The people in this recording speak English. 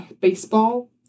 baseball